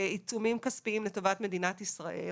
עיצומים כספיים לטובת מדינת ישראל.